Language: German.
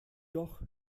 doch